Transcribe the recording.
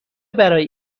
برای